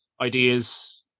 ideas